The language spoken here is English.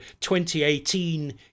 2018